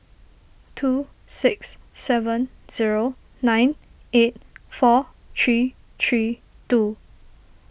two six seven zero nine eight four three three two